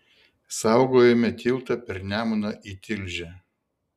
saugojome tiltą per nemuną į tilžę